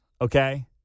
okay